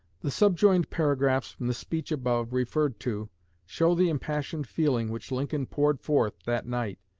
the subjoined paragraphs from the speech above referred to show the impassioned feeling which lincoln poured forth that night.